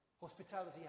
Hospitality